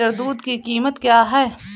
एक लीटर दूध की कीमत क्या है?